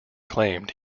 claimed